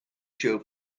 show